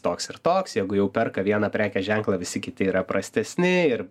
toks ir toks jeigu jau perka vieną prekės ženklą visi kiti yra prastesni ir